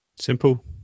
Simple